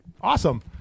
Awesome